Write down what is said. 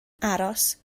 aros